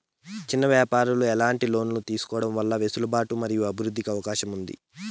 చిన్న వ్యాపారాలు ఎట్లాంటి లోన్లు తీసుకోవడం వల్ల వెసులుబాటు మరియు అభివృద్ధి కి అవకాశం ఉంది?